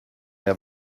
der